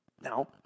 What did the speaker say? Now